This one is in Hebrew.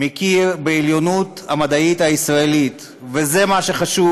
מכירים בעליונות המדעית הישראלית, וזה מה שחשוב,